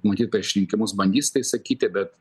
matyt prieš rinkimus bandys tai sakyti bet